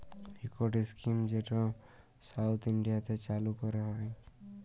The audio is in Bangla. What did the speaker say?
ইকট ইস্কিম যেট সাউথ ইলডিয়াতে চালু ক্যরা হ্যয়